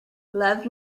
love